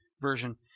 Version